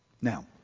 Now